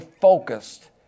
focused